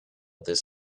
this